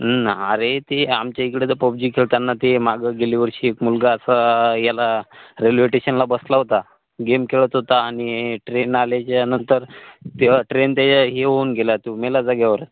हा रे ते आमच्या इकडं तर पबजी खेळताना ते मागं गेले वर्षी मुलगा असा याला रेल्वे टेशनला बसला होता गेम खेळत होता आणि ट्रेन आल्याच्या नंतर तेव्हा ट्रेन त्याच्या हे होऊन गेला तो मेला जाग्यावर